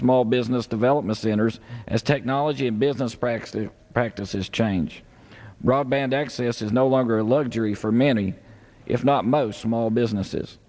small business development centers as technology and business practice practices change rob and access is no longer a luxury for many if not most small businesses